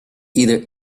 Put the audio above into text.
either